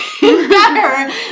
better